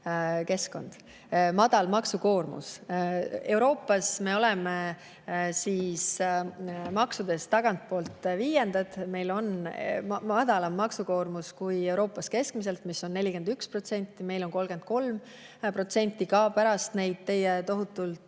maksukeskkond, madal maksukoormus. Euroopas me oleme maksude poolest tagantpoolt viiendad, meil on madalam maksukoormus kui Euroopas keskmiselt, mis on 41%. Meil on 33% ka pärast neid teie [arvates]